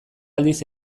aldiz